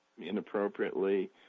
inappropriately